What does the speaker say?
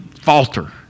falter